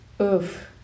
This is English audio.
Oof